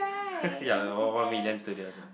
ya one one one million studios ya